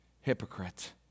hypocrite